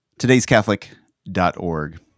todayscatholic.org